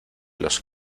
los